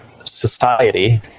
society